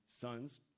sons